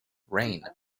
rain